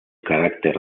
carácter